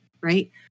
Right